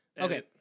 Okay